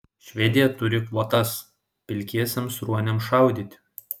švedija turi kvotas pilkiesiems ruoniams šaudyti